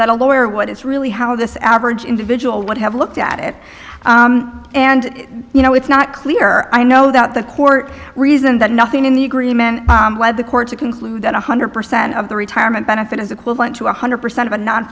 that a lawyer what it's really how this average individual would have looked at it and you know it's not clear i know that the court reason that nothing in the agreement by the court to conclude that one hundred percent of the retirement benefit is equivalent to one hundred